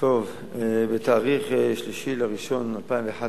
בתאריך 3 בינואר 2011